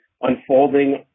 unfolding